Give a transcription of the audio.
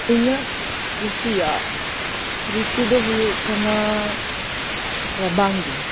ᱤᱧᱟᱹᱜ ᱠᱩᱥᱤᱭᱟᱜ ᱨᱤᱛᱩ ᱫᱚ ᱦᱩᱭᱩᱜ ᱠᱟᱱᱟ ᱨᱟᱵᱟᱝ ᱫᱤᱱ